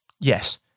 yes